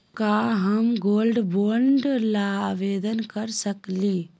का हम gold bond ल आवेदन कर सकली?